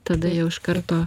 tada jau iš karto